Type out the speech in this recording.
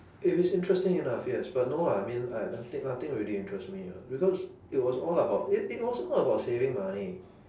if it's interesting enough yes but no ah I mean I nothing nothing really interests me ah because it was all about it it was all about saving money